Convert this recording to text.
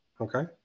Okay